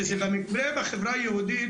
כאשר המקרה בחברה היהודית,